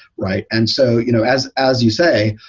right? and so you know as as you say,